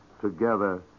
Together